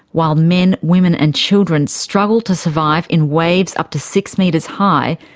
while men, women and children struggled to survive in waves up to six metres high,